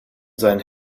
sein